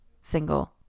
single